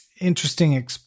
interesting